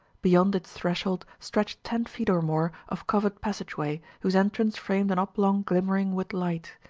beyond its threshold stretched ten feet or more of covered passageway, whose entrance framed an oblong glimmering with light.